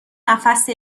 نفس